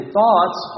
thoughts